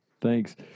Thanks